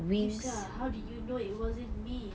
aisyah how do you know it wasn't me